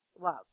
love